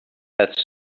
that